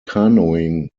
canoeing